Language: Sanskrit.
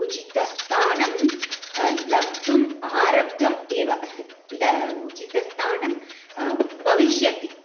उचितस्थानं लब्धुम् आरब्धम् एव उचितस्थानं भविष्यति